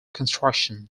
construction